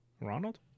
Ronald